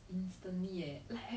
I don't know